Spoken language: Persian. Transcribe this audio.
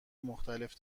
مختلف